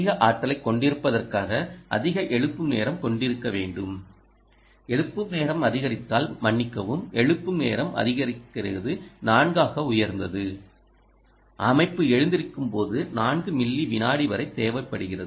அதிக ஆற்றலைக் கொண்டிருப்பதற்காக அதிக எழுப்பும் நேரம் கொண்டிருக்க வேண்டும் எழுப்பும் நேரம் அதிகரித்தால் மன்னிக்கவும் எழுப்பும் நேரம் அதிகரிக்கிறது 4 ஆக உயர்ந்தது அமைப்பு எழுந்திருக்கும்போது 4 மில்லி விநாடி வரை தேவைப்படுகிறது